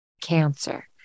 cancer